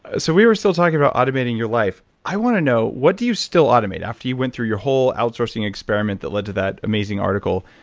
ah so we were still talking about automating your life. i want to know what do you still automate. after you went through your whole outsourcing experiment that led to that amazing article,